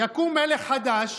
יקום מלך חדש